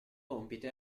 compito